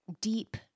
deep